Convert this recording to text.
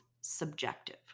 subjective